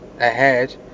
ahead